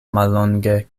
mallonge